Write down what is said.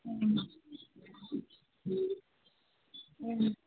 ம் ம்